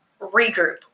regroup